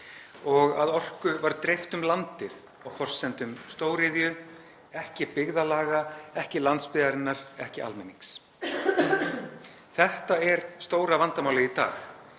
og að orku var dreift um landið á forsendum stóriðju, ekki byggðarlaga, ekki landsbyggðarinnar, ekki almennings. Þetta er stóra vandamálið í dag.